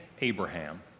Abraham